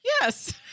yes